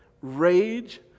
rage